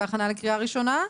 בהכנה לקריאה ראשונה,